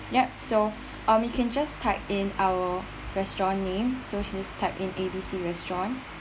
ya so um you can just type in our restaurant name so should just type in A B C restaurant